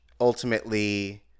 Ultimately